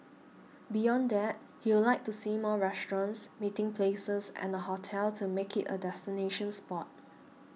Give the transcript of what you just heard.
beyond that he'll like to see more restaurants meeting places and a hotel to make it a destination spot